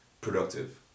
productive